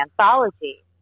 anthology